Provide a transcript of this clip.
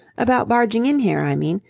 about barging in here, i mean.